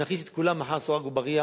נכניס את כולם מאחורי סורג ובריח,